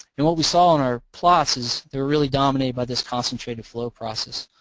and what we saw on our plots is they were really dominate by this concentrated flow process